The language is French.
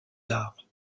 arts